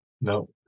no